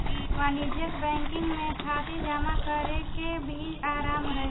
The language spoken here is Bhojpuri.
वाणिज्यिक बैंकिंग में थाती जमा करेके भी आराम रहेला